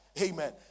amen